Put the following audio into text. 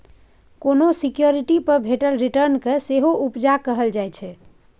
कोनो सिक्युरिटी पर भेटल रिटर्न केँ सेहो उपजा कहल जाइ छै